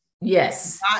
Yes